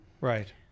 Right